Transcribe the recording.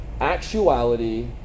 actuality